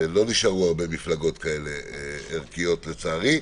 לא נשארו הרבה מפלגות כאלה ערכיות, לצערי.